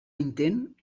intent